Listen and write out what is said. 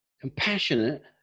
compassionate